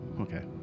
okay